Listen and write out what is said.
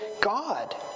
God